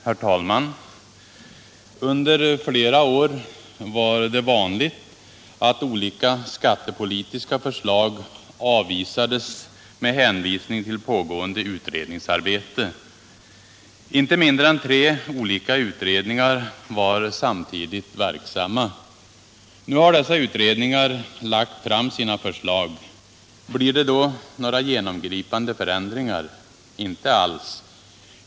Herr talman! Under flera år var det vanligt att olika skattepolitiska förslag avvisades med hänvisning till pågående utredningsarbete. Inte mindre än tre olika utredningar var samtidigt verksamma. Nu har dessa utredningar lagt fram sina förslag. Blir det då några genomgripande förändringar? Inte alls.